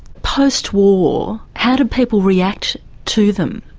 post-war, how do people react to them?